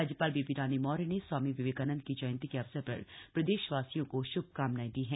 राज्यपाल बेबी रानी मौर्य ने स्वामी विवेकानन्द की जयन्ती के अवसर पर प्रदेशवासियों को श्भकामनाएं दी हैं